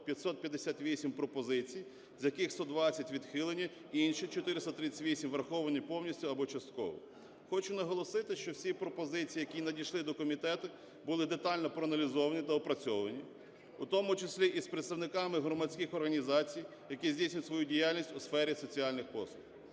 558 пропозицій, з яких 120 відхилені, інші 438 враховані повністю або частково. Хочу наголосити, що всі пропозиції, які надійшли до комітету, були детально проаналізовані та опрацьовані, у тому числі і з представниками громадських організацій, які здійснюють свою діяльність у сфері соціальних послуг.